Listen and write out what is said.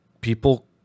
people